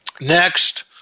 Next